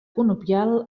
conopial